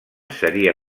seria